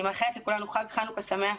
אני מאחלת לכולנו חג חנוכה שמח,